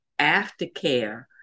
aftercare